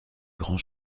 grand